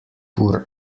pur